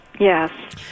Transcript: Yes